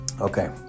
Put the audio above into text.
Okay